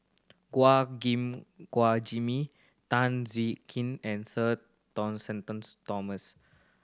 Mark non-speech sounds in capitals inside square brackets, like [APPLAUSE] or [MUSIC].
Gua Gim Guan Jimmy Tan Siew Kin and Sir [UNINTELLIGIBLE] Thomas